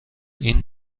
این